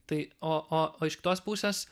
tai o o o iš kitos pusės